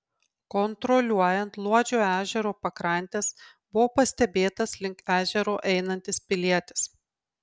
kontroliuojant luodžio ežero pakrantes buvo pastebėtas link ežero einantis pilietis